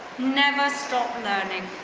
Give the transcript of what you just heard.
never stop learning.